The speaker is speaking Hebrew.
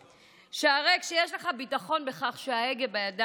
שהרי כשיש לך ביטחון בכך שההגה בידיים שלך,